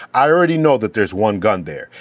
i already know that there's one gun there.